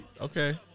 Okay